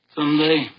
Someday